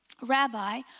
Rabbi